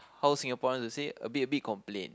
how Singaporeans will say a bit a bit complain